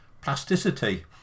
plasticity